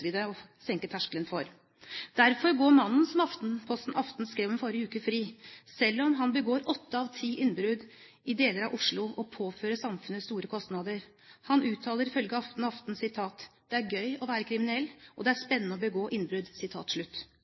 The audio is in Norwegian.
utvide og senke terskelen for. Derfor går mannen som Aftenpostens Aften skrev om i forrige uke, fri, selv om han begår åtte av ti innbrudd i deler av Oslo og påfører samfunnet store kostnader. Han uttaler, ifølge Aften, at det er «gøy» å være kriminell, og at det er «spennende» å begå innbrudd.